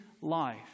life